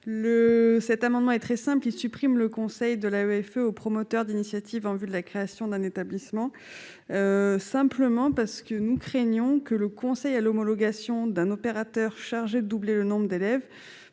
cet amendement est très simple : il supprime le Conseil de la greffe au promoteur d'initiatives en vue de la création d'un établissement, simplement parce que nous craignons que le conseil à l'homologation d'un opérateur chargé de doubler le nombre d'élèves